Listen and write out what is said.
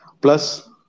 plus